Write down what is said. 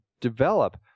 develop